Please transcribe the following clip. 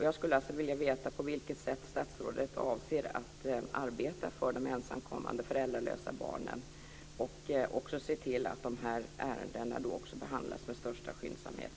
Jag skulle vilja veta på vilket sätt statsrådet avser att arbeta för de ensamkommande föräldralösa barnen och för att se till att de här ärendena också behandlas med största skyndsamhet.